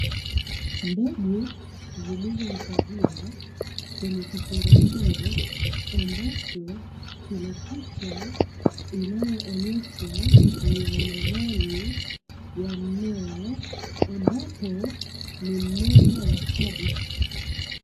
Mbegu zilizohifadhiwa kwenye kifungaashio ambacho kina picha inayoonyesha ni aina gani ya mmea ambapo ni mmea wa kabegi.